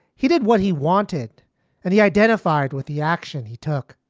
he did what he wanted and he identified with the action he took.